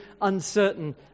uncertain